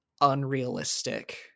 unrealistic